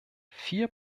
vier